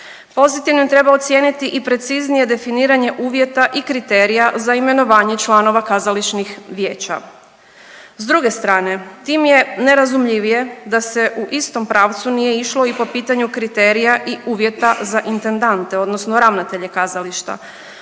Pozitivnim treba ocijeniti i preciznije definiranje uvjeta i kriterija za imenovanje članova kazališnih vijeća. S druge strane tim je nerazumljivije da se u istom pravcu nije išlo i po pitanju kriterija i uvjeta za intendante odnosno ravnatelje kazališta,